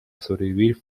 sobrevivir